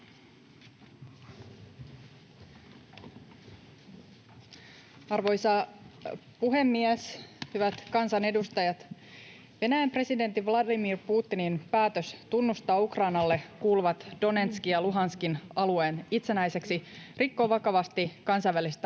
Arvoisa puhemies! Hyvät kansanedustajat! Venäjän presidentti Vladimir Putinin päätös tunnustaa Ukrainalle kuuluvat Donetskin ja Luhanskin alueet itsenäiseksi rikkoo vakavasti kansainvälistä